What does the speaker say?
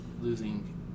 losing